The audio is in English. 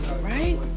right